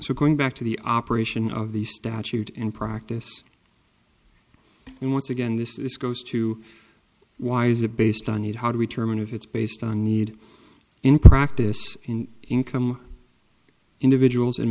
so going back to the operation of the statute and practice and once again this is goes to why is it based on need how do we determine if it's based on need in practice in income individuals in